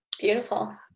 Beautiful